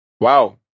Wow